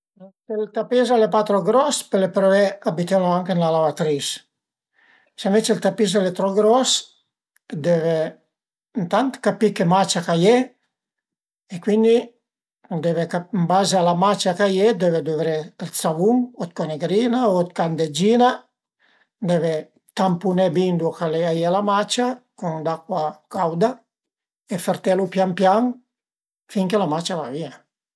S'ël tapis al e pa trop gros pöle pruvé a bütelu anche ën la lavatris, së ënvece ël tapis al e trop gros deve ëntant capì chë macia ch'a ie e cuindi deve ca ën baze a la macia ch'a ie deve duvré ël savun o la conegrina o dë candeggina, deve tampuné bin ëndua ch'a ie la macia cun d'acua cauda e fertelu pian pian finché la macia a va vìa